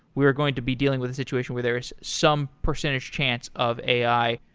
we are going to be dealing with a situation where there is some percentage chance of a i.